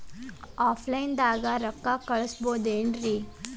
Offline ದಾಗ ರೊಕ್ಕ ಕಳಸಬಹುದೇನ್ರಿ?